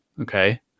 Okay